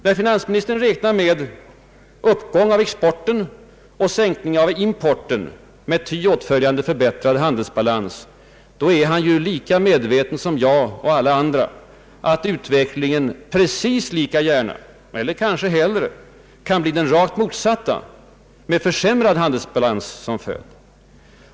När finansministern räknar med uppgång av exporten och sänkning av importen med ty åtföljande förbättrad handelsbalans, är han lika medveten som jag och alla andra om att utvecklingen precis lika gärna eller kanske hellre kan bli den rakt motsatta med försämrad handelsbalans som följd.